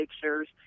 pictures